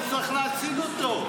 הוא צריך להציג אותו.